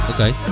Okay